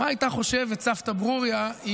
מה הייתה חושבת סבתא ברוריה,